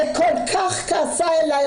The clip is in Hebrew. וכל כך כעסה עליי,